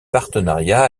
partenariats